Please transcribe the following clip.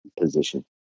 position